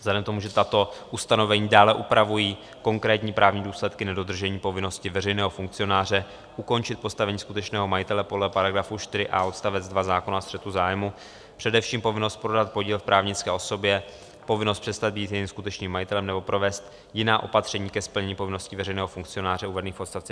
Vzhledem k tomu, že tato ustanovení dále upravují konkrétní právní důsledky nedodržení povinnosti veřejného funkcionáře ukončit postavení skutečného majitele podle § 4a odst. 2 zákona o střetu zájmů, především povinnost prodat podíl právnické osobě, povinnost přestat být jejím skutečným majitelem nebo provést jiná opatření ke splnění povinností veřejného funkcionáře uvedených v odst.